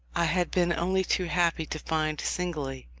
i had been only too happy to find singly.